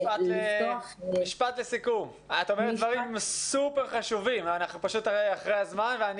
את אומרת דברים סופר חשובים אבל אנחנו אחרי הזמן ואני